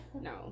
no